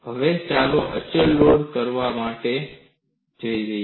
હવે ચાલો અચળ લોડ કરવા માટે જોઈએ